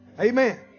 Amen